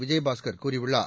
விஜயபாஸ்கர் கூறியுள்ளார்